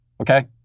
Okay